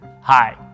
Hi